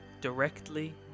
directly